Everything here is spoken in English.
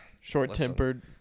Short-tempered